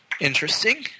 interesting